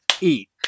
Eat